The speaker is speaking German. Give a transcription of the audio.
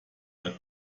als